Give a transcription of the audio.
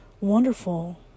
wonderful